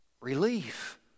Relief